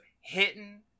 hitting